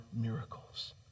miracles